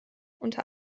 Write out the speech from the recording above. unter